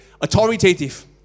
authoritative